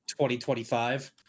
2025